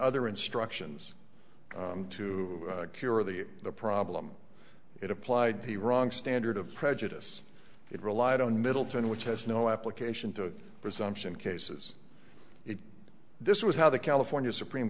ther instructions to cure the problem it applied the wrong standard of prejudice it relied on middleton which has no application to presumption cases if this was how the california supreme